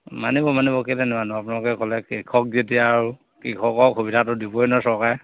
মানিব মানিব কেইলে নোৱাৰেনো আপোনালোকে ক'লে কৃষক যেতিয়া আৰু কৃষকৰ অসুবিধাটো দিবই ন চৰকাৰে